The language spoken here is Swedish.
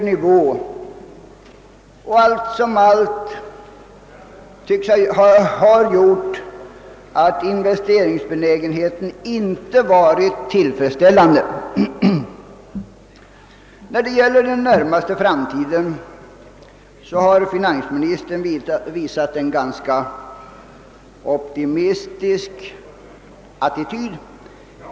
Tillsammantaget tycks allt detta ha gjort att investerings benägenheten inte varit tillfredsställande. När det gäller den närmaste framtiden har finansministern visat en ganska optimistisk attityd.